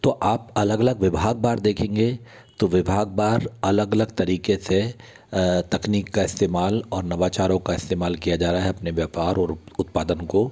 तो आप अलग अलग विभागवार देखेंगे तो विभागबार अलग अलग तरीक़े से तकनीक का इस्तेमाल और नवाचारों का इस्तेमाल किया जा रहा है अपने व्यापार और उत्पादन को